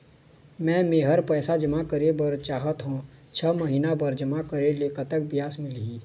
मे मेहर पैसा जमा करें बर चाहत हाव, छह महिना बर जमा करे ले कतक ब्याज मिलही?